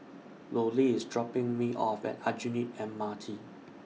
Lollie IS dropping Me off At Aljunied M R T